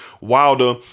Wilder